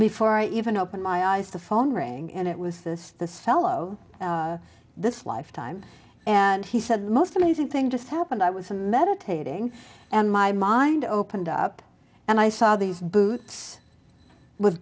before i even opened my eyes the phone rang and it was this this fellow this lifetime and he said most amazing thing just happened i was a meditating and my mind opened up and i saw these boots w